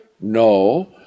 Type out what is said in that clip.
No